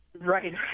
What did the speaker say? right